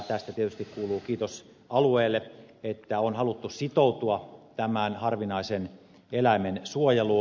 tästä tietysti kuuluu kiitos alueelle että on haluttu sitoutua tämän harvinaisen eläimen suojeluun